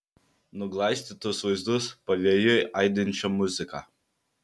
nuglaistytus vaizdus pavėjui aidinčią muziką